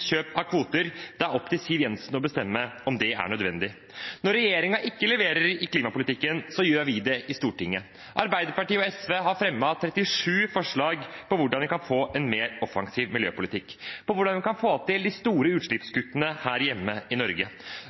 kjøp av kvoter. Det er opp til Siv Jensen å bestemme om det er nødvendig. Når regjeringen ikke leverer i klimapolitikken, gjør vi i Stortinget det. Arbeiderpartiet og SV har fremmet 37 forslag om hvordan vi kan få en mer offensiv miljøpolitikk, om hvordan vi kan få til de store utslippskuttene her hjemme, i Norge.